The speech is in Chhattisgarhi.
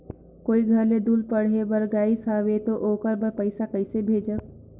कोई घर ले दूर पढ़े बर गाईस हवे तो ओकर बर पइसा कइसे भेजब?